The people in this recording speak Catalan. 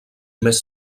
més